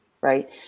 right